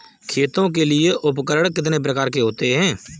खेती के लिए उपकरण कितने प्रकार के होते हैं?